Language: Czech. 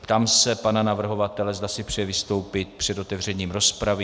Ptám se pana navrhovatele, zda si přeje vystoupit před otevřením rozpravy.